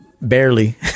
barely